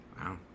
Wow